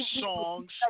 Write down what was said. songs